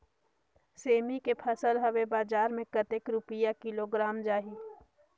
सेमी के फसल हवे बजार मे कतेक रुपिया किलोग्राम जाही?